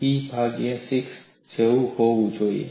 E ભાગ્યા 6 જેવું હોવું જોઈએ